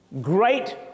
Great